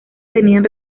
tenían